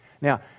Now